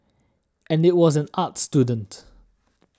and I was an arts student